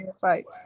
fights